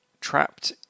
trapped